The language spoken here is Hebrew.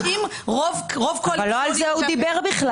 אבל לא על זה הוא דיבר.